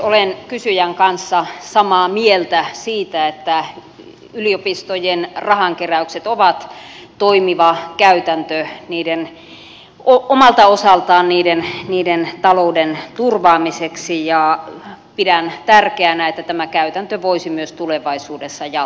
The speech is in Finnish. olen kysyjän kanssa samaa mieltä siitä että yliopistojen rahankeräykset ovat toimiva käytäntö omalta osaltaan niiden talouden turvaamiseksi ja pidän tärkeänä että tämä käytäntö voisi myös tulevaisuudessa jatkua